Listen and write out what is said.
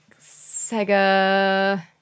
Sega